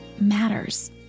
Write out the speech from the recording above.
matters